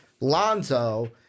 Lonzo